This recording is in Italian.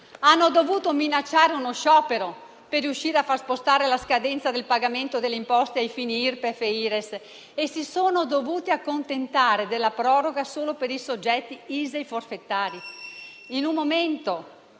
hanno dovuto minacciare uno sciopero per riuscire a far spostare la scadenza del pagamento delle imposte ai fini IRPEF e IRES, e si sono dovuti accontentare della proroga solo per i soggetti ISA e i forfettari, in un momento